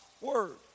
word